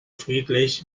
friedlich